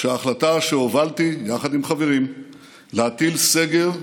שההחלטה שהובלתי יחד עם חברים להטיל סגר,